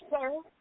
sir